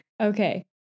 Okay